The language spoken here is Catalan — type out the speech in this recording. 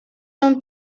són